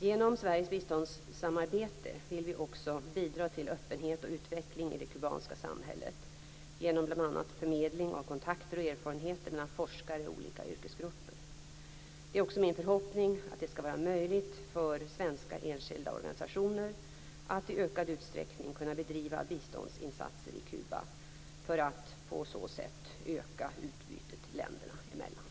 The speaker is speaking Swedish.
Genom Sveriges biståndssamarbete vill vi också bidra till öppenhet och utveckling i det kubanska samhället genom bl.a. förmedling av kontakter och erfarenheter mellan forskare och olika yrkesgrupper. Det är också min förhoppning att det skall vara möjligt för svenska enskilda organisationer att i ökad utsträckning kunna bedriva biståndsinsatser på Kuba, för att på så sätt öka utbytet länderna emellan.